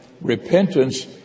Repentance